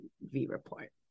V-Report